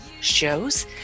shows